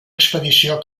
expedició